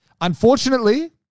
Unfortunately